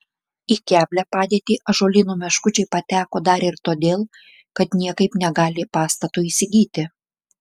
į keblią padėtį ąžuolyno meškučiai pateko dar ir todėl kad niekaip negali pastato įsigyti